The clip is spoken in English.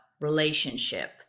relationship